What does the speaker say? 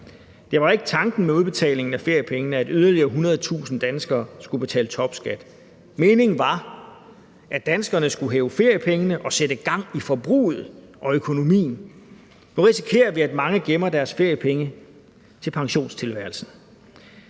Det var ikke tanken med udbetalingen af feriepengene, at yderligere 100.000 danskere skulle betale topskat. Meningen var, at danskerne skulle hæve feriepengene og sætte gang i forbruget og økonomien. Nu risikerer vi, at mange gemmer deres feriepenge til pensionstilværelsen.